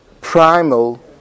primal